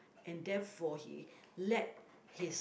and therefore he let his